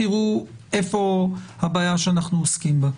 איפה הבעיה שאנחנו עוסקים בה?